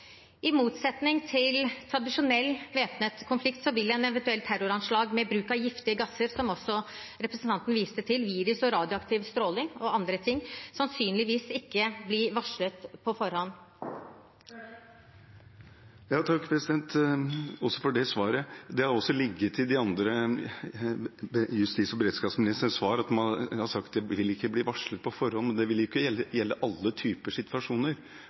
I motsetning til en tradisjonell væpnet konflikt vil et eventuelt terroranslag med bruk av giftige gasser, som også representanten viste til, virus, radioaktiv stråling og andre ting, sannsynligvis ikke bli varslet på forhånd. Takk også for det svaret. Det har også ligget i de andre justis- og beredskapsministrenes svar at det ikke vil bli varslet på forhånd, men det vil jo ikke gjelde alle typer situasjoner.